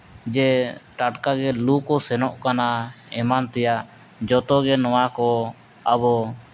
ᱡᱮ ᱴᱟᱴᱠᱟᱜᱮ ᱞᱩ ᱠᱚ ᱥᱮᱱᱚᱜ ᱠᱟᱱᱟ ᱮᱢᱟᱱ ᱛᱮᱭᱟᱜ ᱡᱚᱛᱚᱜᱮ ᱱᱚᱣᱟ ᱠᱚ ᱟᱵᱚ